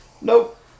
Nope